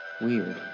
Weird